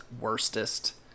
worstest